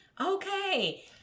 okay